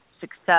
success